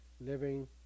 living